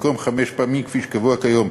במקום חמש פעמים כפי שקבוע כיום.